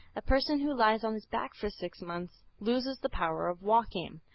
a person who lies on his back for six months loses the power of walking.